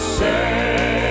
say